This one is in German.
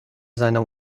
seiner